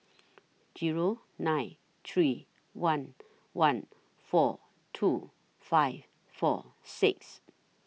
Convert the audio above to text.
Zero nine three one one four two five four six